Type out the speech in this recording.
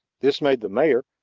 this made the mayor,